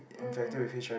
mmhmm